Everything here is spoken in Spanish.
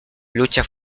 lucha